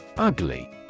Ugly